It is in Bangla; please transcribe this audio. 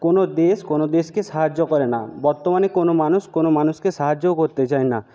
কোনো দেশ কোনো দেশকে সাহায্য করে না বর্তমানে কোনো মানুষ কোনো মানুষকে সাহায্যও করতে চায় না